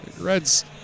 Reds